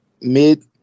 mid